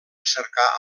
cercar